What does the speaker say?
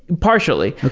partially